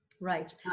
Right